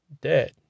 dead